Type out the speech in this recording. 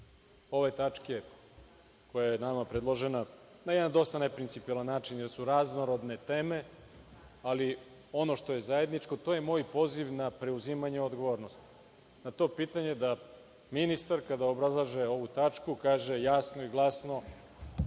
ove tačke, koja je nama predložena na jedan dosta neprincipijelan način, jer su raznorodne teme, ali ono što je zajedničko jeste moj poziv na preuzimanje odgovornosti. Na to pitanje da kada ministar obrazlaže ovu tačku kaže jasno i glasno